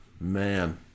man